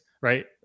right